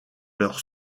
leurs